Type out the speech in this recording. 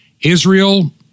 Israel